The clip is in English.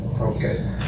Okay